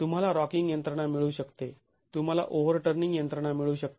तुम्हाला रॉकिंग यंत्रणा मिळू शकते तुम्हाला ओव्हरटर्निंग यंत्रणा मिळू शकते